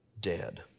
dead